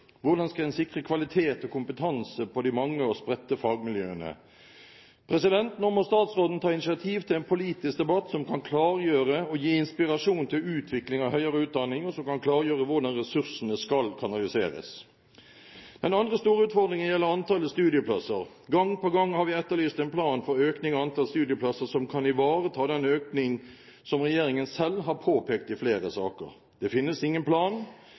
Hvordan skal en sikre kvalitet og kompetanse på de mange og spredte fagmiljøene? Nå må statsråden ta initiativ til en politisk debatt som kan klargjøre og gi inspirasjon til utvikling av høyere utdanning, og som kan klargjøre hvordan ressursene skal kanaliseres. Den andre store utfordringen gjelder antall studieplasser. Gang på gang har vi etterlyst en plan for økning av antall studieplasser som kan ivareta den økning som regjeringen selv har påpekt i flere saker. Det finnes ingen plan.